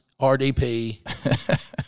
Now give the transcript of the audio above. RDP